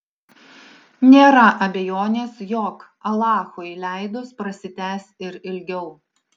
nėra abejonės jog alachui leidus prasitęs ir ilgiau